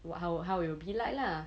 how how it'll be like lah